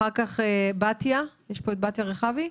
אחריה בתיה רכבי.